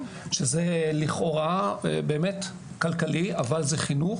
שזה לכאורה באמת כלכלי אבל זה חינוך